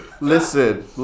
Listen